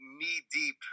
knee-deep